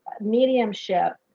mediumship